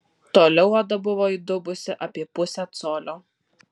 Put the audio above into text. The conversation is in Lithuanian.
toliau oda buvo įdubusi apie pusę colio